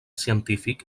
científic